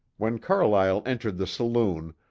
when carlyle entered the saloon,